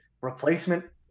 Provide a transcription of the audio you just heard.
replacement